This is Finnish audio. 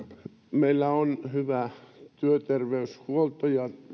meillä on hyvä työterveyshuolto ja